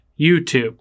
YouTube